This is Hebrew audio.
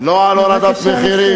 לא על הורדת מחירים,